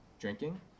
drinking